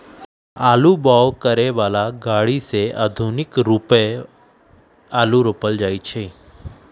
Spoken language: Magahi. आलू बाओ करय बला ग़रि से आधुनिक रुपे आलू रोपल जाइ छै